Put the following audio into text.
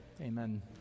amen